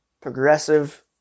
progressive